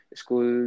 school